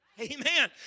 amen